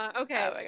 Okay